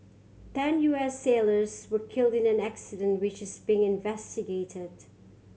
ten U S sailors were killed in the accident which is being investigated